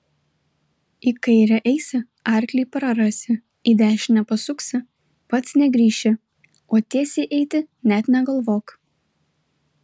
į kairę eisi arklį prarasi į dešinę pasuksi pats negrįši o tiesiai eiti net negalvok